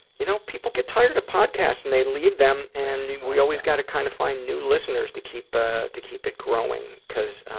you know people get tired of podcasts and they leave them, and we always gotta kinda kind of find new listeners to keep ah to keep it growing, cause,